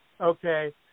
okay